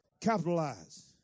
Capitalize